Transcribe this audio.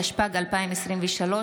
התשפ"ג 2023,